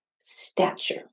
stature